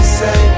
say